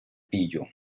pillo